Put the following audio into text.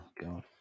god